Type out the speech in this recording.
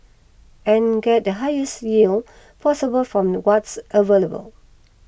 and get the highest yield possible from what's available